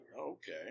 Okay